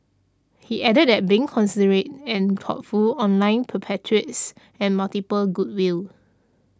he added that being considerate and thoughtful online perpetuates and multiples goodwill